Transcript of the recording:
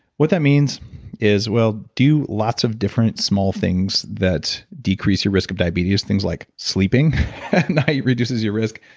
what that means is we'll do lots of different small things that decrease your risk of diabetes. things like sleeping at night reduces your risk,